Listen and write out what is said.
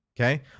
okay